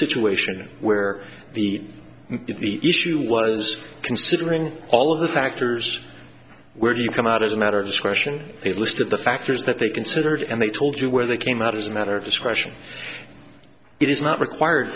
situation where the issue was considering all of the factors where you come out as a matter of discretion a list of the factors that they considered and they told you where they came out as a matter of discretion it is not required